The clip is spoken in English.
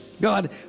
God